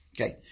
Okay